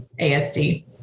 ASD